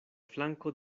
flanko